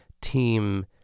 team